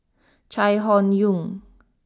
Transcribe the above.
Chai Hon Yoong